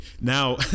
Now